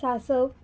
सासव